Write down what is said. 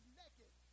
naked